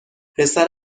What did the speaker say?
پسر